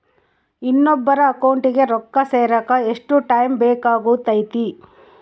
ಇನ್ನೊಬ್ಬರ ಅಕೌಂಟಿಗೆ ರೊಕ್ಕ ಸೇರಕ ಎಷ್ಟು ಟೈಮ್ ಬೇಕಾಗುತೈತಿ?